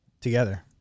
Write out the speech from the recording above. Together